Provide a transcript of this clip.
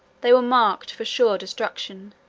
they were marked for sure destruction